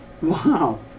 Wow